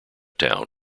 town